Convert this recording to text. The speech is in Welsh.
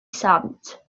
sant